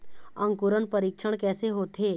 अंकुरण परीक्षण कैसे होथे?